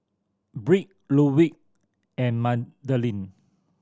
Britt Ludwig and Madilyn